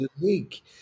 unique